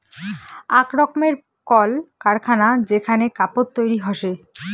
আক রকমের কল কারখানা যেখানে কাপড় তৈরী হসে